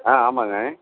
ஆ ஆமாங்க